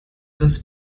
das